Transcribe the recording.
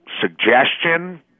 suggestion